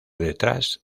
detrás